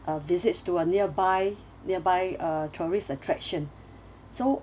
uh visits to a nearby nearby uh tourist attraction so